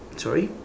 sorry